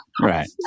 Right